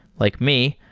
like me,